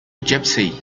gipsy